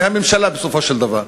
זו הממשלה בסופו של דבר.